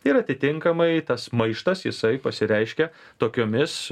ir atitinkamai tas maištas jisai pasireiškia tokiomis